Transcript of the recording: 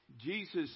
Jesus